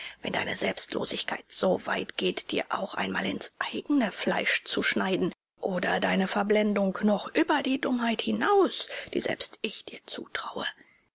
wenn deine selbstlosigkeit so weit geht dir auch einmal ins eigene fleisch zu schneiden oder deine verblendung noch über die dummheit hinaus die selbst ich dir zutraue